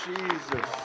Jesus